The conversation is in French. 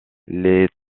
les